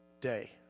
day